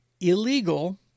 illegal